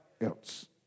else